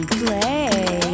play